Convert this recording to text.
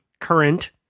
current